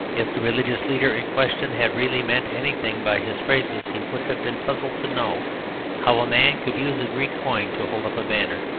if the religious leader in question had really meant anything by his phrases, he would have been puzzled to know how a man could use a greek coin to hold up a banner.